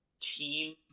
team